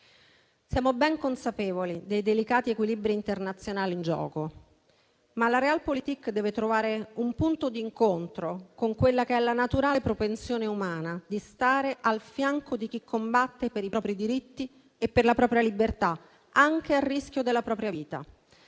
Siamo ben consapevoli dei delicati equilibri internazionali in gioco, ma la *realpolitik* deve trovare un punto d'incontro con la naturale propensione umana di stare al fianco di chi combatte per i propri diritti e per la propria libertà, anche al rischio della propria vita.